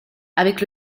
avec